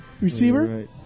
Receiver